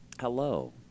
Hello